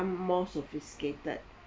the more sophisticated